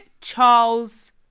Charles